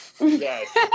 yes